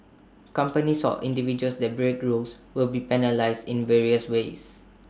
companies or individuals that break rules will be penalised in various ways